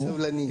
אני סבלני.